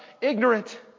ignorant